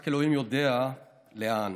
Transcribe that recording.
רק אלוהים ידע לאן".